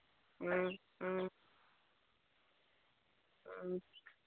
ꯎꯝ ꯎꯝ ꯎꯝ